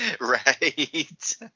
right